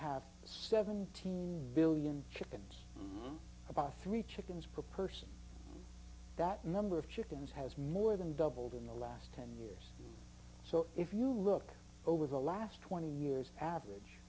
have seventeen billion chickens about three chickens per person that number of chickens has more than doubled in the last ten years so if you look over the last twenty years average